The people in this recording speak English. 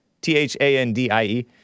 T-H-A-N-D-I-E